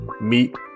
Meet